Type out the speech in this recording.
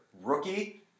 Rookie